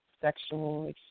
sexual